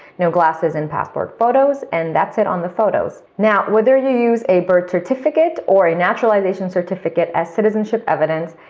no glasses in passport photos, and that's it on the photos. now, whether you use a birth certificate or a naturalization certificate as citizenship evidence,